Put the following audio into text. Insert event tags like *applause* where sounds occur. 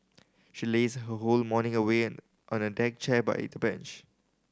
she lazed her whole morning away *unintelligible* on a deck chair by *unintelligible* bench